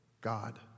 God